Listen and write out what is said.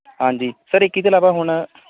ਹਾਂਜੀ ਸਰ ਇੱਕ ਇਹਦੇ ਇਲਾਵਾ ਹੁਣ